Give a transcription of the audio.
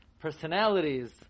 personalities